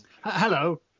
Hello